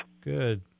Good